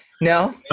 No